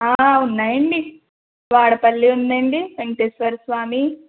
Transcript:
ఉన్నాయండీ వాడపల్లి ఉందండి వెంకటేశ్వరస్వామి